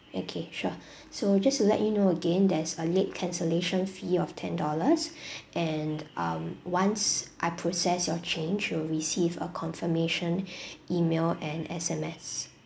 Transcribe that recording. okay sure so just to let you know again there's a late cancellation fee of ten dollars and um once I process your change you'll receive a confirmation email and S_M_S